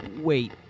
Wait